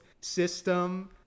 system